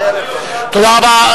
תודה רבה.